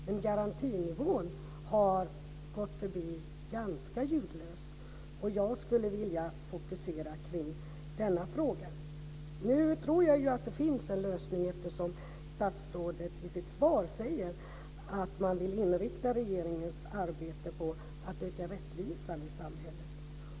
Men garantinivån har gått ganska ljudlöst förbi. Jag skulle vilja fokusera på denna fråga. Nu tror jag att det finns en lösning. Statsrådet säger ju i sitt svar att man vill inrikta regeringens arbete på att öka rättvisan i samhället.